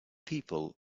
people